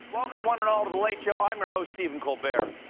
welcome one and all to the late show. i'm your host, stephen colbert.